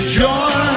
joy